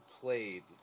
played